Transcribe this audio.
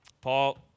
Paul